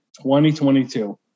2022